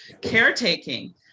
Caretaking